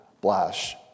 Blash